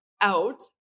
out